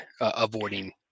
avoiding